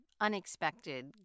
unexpected